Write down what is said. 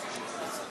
בבקשה.